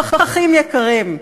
פחחים יקרים,